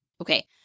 Okay